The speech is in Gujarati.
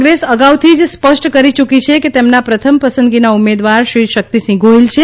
કોંગ્રેસ અગાઉથી જ સ્પષ્ટ કરી યુકી છે કે તેમના પ્રથમ પસંદગીના ઉમેદવાર શ્રી શક્તિસિંહ ગોહિલ છે